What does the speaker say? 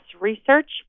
research